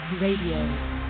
Radio